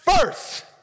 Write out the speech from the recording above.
first